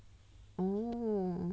oh